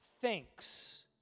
thinks